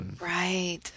Right